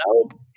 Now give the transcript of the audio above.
nope